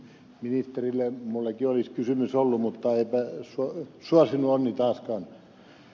ministerille minullakin olisi kysymys ollut mutta eipä suosinut onni taaskaan